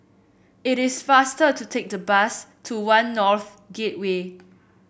it is faster to take the bus to One North Gateway